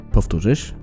Powtórzysz